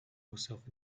herself